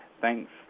Thanks